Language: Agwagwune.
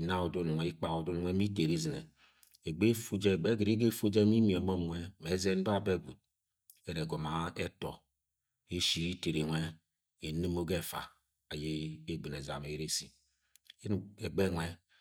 ina udut nwe ikpak udut nuse ma itene izine egbe egingo efu je ma imie mom nwe ma ezen babe gwud ere egoma-a eto eshire itere nwe enumo ga efo aye egbɨ̃ni ezam eresi